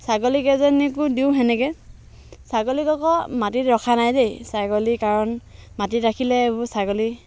ছাগলী কেইজনীকো দিওঁ সেনেকৈ ছাগলীক আকৌ মাটিত ৰখা নাই দেই ছাগলী কাৰণ মাটিত ৰাখিলে এইবোৰ ছাগলী